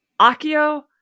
Akio